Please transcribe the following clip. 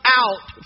out